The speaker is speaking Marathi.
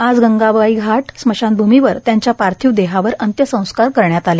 आज गंगाबाई घाट स्मशानभूमीवर त्यांच्या पार्थीवदेहावर अंत्यसंस्कार करण्यात आले